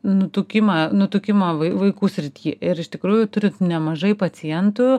nutukimą nutukimo vaikų srity ir iš tikrųjų turit nemažai pacientų